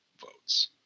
votes